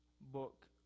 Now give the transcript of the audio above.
book